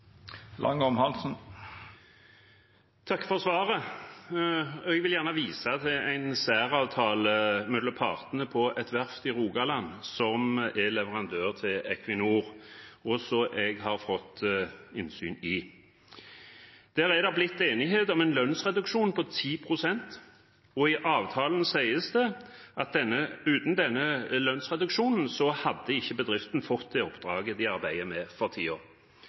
Takk for svaret. Jeg vil gjerne vise til en særavtale mellom partene på et verft i Rogaland som er leverandør til Equinor, og som jeg har fått innsyn i. Der er det blitt enighet om en lønnsreduksjon på 10 pst., og i avtalen sies det at uten denne lønnsreduksjonen hadde ikke bedriften fått det oppdraget de arbeider med for